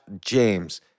James